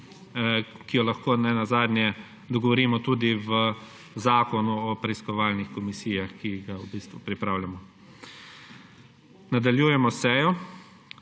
se lahko nenazadnje dogovorimo tudi v zakonu o preiskovalnih komisijah, ki ga v bistvu pripravljamo. Nadaljujemo sejo.